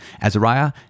Azariah